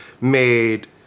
made